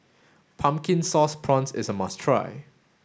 pumpkin sauce prawns is must try